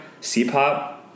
C-pop